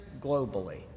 globally